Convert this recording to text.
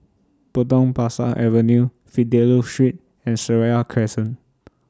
Potong Pasir Avenue Fidelio Street and Seraya Crescent